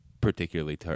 particularly